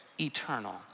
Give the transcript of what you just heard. eternal